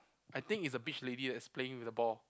I think it's a beach lady that's playing with the ball